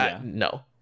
no